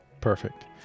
Perfect